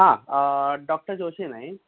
आ doctor Joshi न्हय